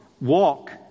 walk